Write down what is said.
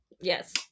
yes